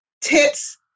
tips